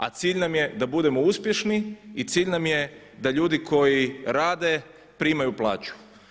A cilj nam je da budemo uspješni i cilj nam je da ljudi koji rade primaju plaću.